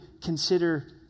consider